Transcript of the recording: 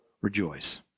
rejoice